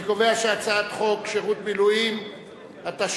ההצעה להעביר את הצעת חוק שירות המילואים (תיקון,